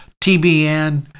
TBN